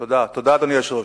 תודה, אדוני היושב-ראש.